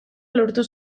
lortu